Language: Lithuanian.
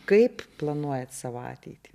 kaip planuojat savo ateitį